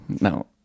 no